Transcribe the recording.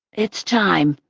it's time.